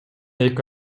эки